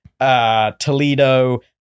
Toledo